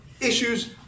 issues